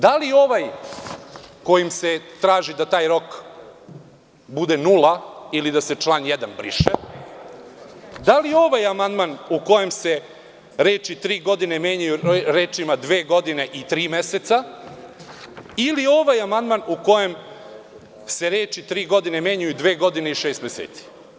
Da li ovaj kojim se traži da taj rok bude nula ili da se član 1. briše, da li ovaj amandman u kojem se reči:„tri godine“ menjaju rečima:“dve godine i tri meseca“ ili ovaj amandman u kojem se reči:„tri godine“ menjaju rečima:“dve godine i šest meseci“